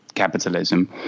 capitalism